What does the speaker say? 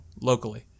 locally